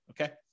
Okay